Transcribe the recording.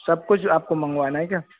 सब कुछ आपको मंगवाना है क्या